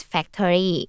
Factory